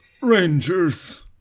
Rangers